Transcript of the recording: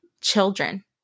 children